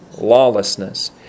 Lawlessness